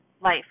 life